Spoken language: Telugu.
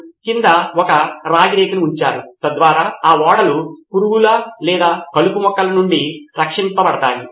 ప్రొఫెసర్ నా స్వంత అనుభవంలో భాగంగా నేను జోడించదలచుకున్నది ఏమిటంటే విద్యార్థులు లేదా ఎవరో వ్యాఖ్యానించిన ఈ పుస్తకాలు కొన్నిసార్లు మనము దీనిని వారి స్వంత పాఠ్యపుస్తకాలు అని పిలుస్తాము